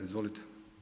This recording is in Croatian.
Izvolite.